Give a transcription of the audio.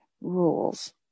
rules